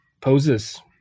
poses